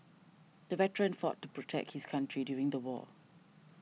the veteran fought to protect his country during the war